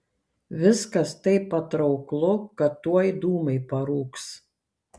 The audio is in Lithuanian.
viskas taip patrauklu kad tuoj dūmai parūks